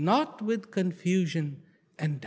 not with confusion and